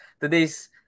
today's